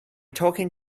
talking